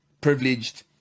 privileged